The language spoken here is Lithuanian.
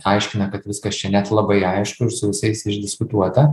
aiškina kad viskas čia net labai aišku ir su visais išdiskutuota